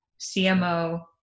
CMO